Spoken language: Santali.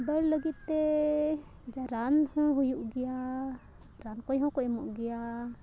ᱵᱟᱹᱰ ᱞᱟᱹᱜᱤᱫᱛᱮ ᱡᱮ ᱨᱟᱱᱦᱚᱸ ᱦᱩᱭᱩᱜ ᱜᱮᱭᱟ ᱨᱟᱱ ᱠᱚ ᱦᱚᱸᱠᱚ ᱮᱢᱚᱜ ᱜᱮᱭᱟ